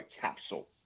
capsule